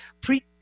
pre